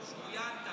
שוריינת.